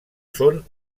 són